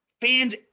fans